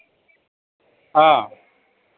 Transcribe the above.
অ